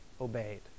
obeyed